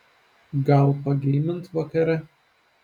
gal pageimint vakare